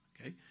Okay